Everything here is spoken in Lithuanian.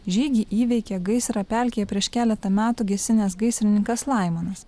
žygį įveikė gaisrą pelkėje prieš keletą metų gesinęs gaisrininkas laimonas